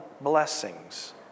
blessings